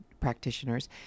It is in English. practitioners